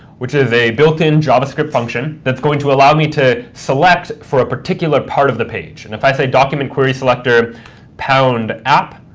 which is a built in javascript function that's going to allow me to select for a particular part of the page. and if i say documen queryselector and app,